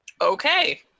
Okay